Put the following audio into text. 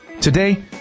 Today